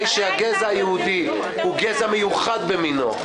שהגזע היהודי הוא גזע מיוחד במינו.